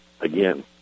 Again